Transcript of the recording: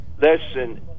listen